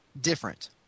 different